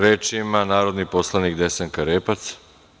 Reč ima narodni poslanik Desanka Repac.